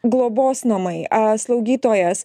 globos namai slaugytojas